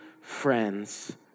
friends